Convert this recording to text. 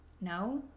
No